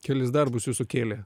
kelis darbus jūsų kėlė